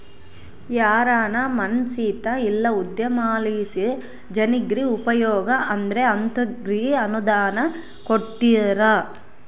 ಯಾರಾನ ಮನ್ಸೇತ ಇಲ್ಲ ಉದ್ಯಮಲಾಸಿ ಜನ್ರಿಗೆ ಉಪಯೋಗ ಆದ್ರ ಅಂತೋರ್ಗೆ ಅನುದಾನ ಕೊಡ್ತಾರ